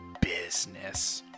business